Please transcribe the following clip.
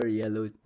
yellow